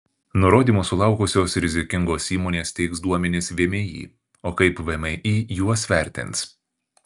nurodymų sulaukusios rizikingos įmonės teiks duomenis vmi o kaip vmi juos vertins